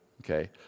okay